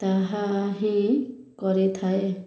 ତାହା ହିଁ କରିଥାଏ